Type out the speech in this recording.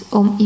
om